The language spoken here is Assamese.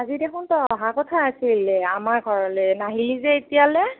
আজি দেখোন তই অহা কথা আছিলে আমাৰ ঘৰলৈ নাহিলি যে এতিয়ালৈ